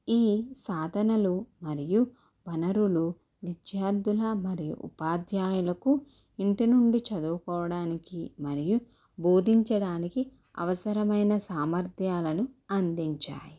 ఈ సాధనలు మరియు వనరులు విద్యార్థుల మరియు ఉపాధ్యాయులకు ఇంటి నుండి చదువుకోవడానికి మరియు బోధించడానికి అవసరమైన సామర్థ్యాలను అందించాలి